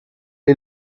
est